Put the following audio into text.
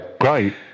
great